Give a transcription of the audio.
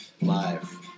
live